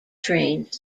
trains